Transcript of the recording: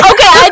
Okay